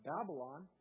Babylon